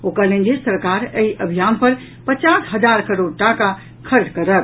ओ कहलनि जे सरकार एहि अभियान पर पचास हजार करोड़ टाका खर्च करत